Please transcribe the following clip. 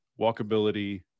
walkability